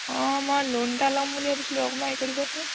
অঁ মই লোন এটা ল'ম বুলি ভাবিছিলোঁ অকণমান হেল্প কৰি দিবচোন